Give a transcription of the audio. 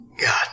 God